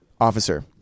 Officer